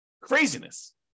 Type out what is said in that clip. Craziness